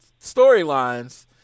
storylines